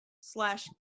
slash